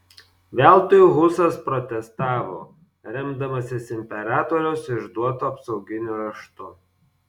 veltui husas protestavo remdamasis imperatoriaus išduotu apsauginiu raštu